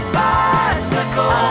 bicycle